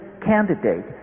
candidate